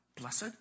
blessed